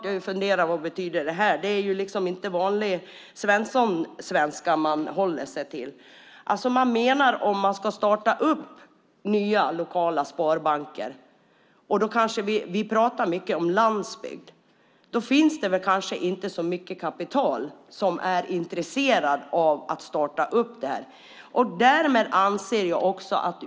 Jag funderade lite på vad det betyder. Det är liksom inte vanlig Svenssonsvenska man håller sig till. Man menar alltså att om man ska starta upp nya lokala sparbanker och då pratar vi mycket om landsbygden, så finns det kanske inte så mycket kapital som är intresserat av att starta upp detta.